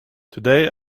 today